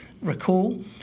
recall